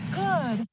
good